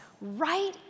right